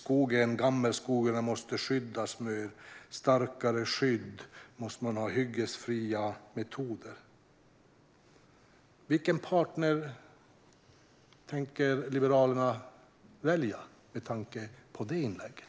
Gammelskogen skulle ha starkare skydd, och man skulle ha hyggesfria metoder. Vilken partner tänker Liberalerna välja med tanke på det inlägget?